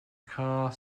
car